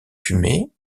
fumées